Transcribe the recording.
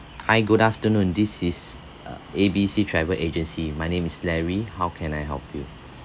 hi good afternoon this is uh A B C travel agency my name is larry how can I help you